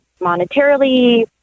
monetarily